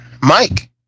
Mike